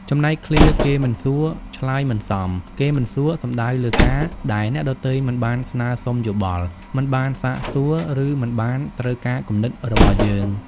ចំណែកឃ្លា «គេមិនសួរ ឆ្លើយមិនសម» គេមិនសួរ សំដៅលើការដែលអ្នកដទៃមិនបានស្នើសុំយោបល់ មិនបានសាកសួរ ឬមិនបានត្រូវការគំនិតរបស់យើង។